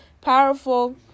powerful